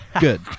Good